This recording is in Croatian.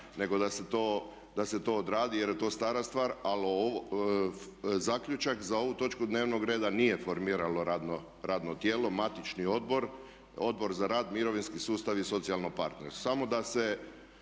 nego da se to odradi jer je to stara stvar. Ali zaključak za ovu točku dnevnog reda nije formiralo radno tijelo, matični odbor, Odbor za rad, mirovinski sustav i socijalno partnerstvo.